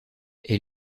est